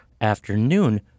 afternoon